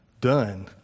done